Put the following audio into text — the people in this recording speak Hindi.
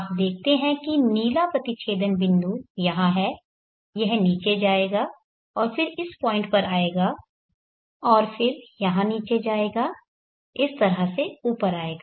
आप देखते हैं कि नीला प्रतिच्छेदन बिंदु यहाँ है यह नीचे जाएगा और फिर इस पॉइंट पर आएगा और फिर यहाँ नीचे जाएगा इस तरह से ऊपर आएगा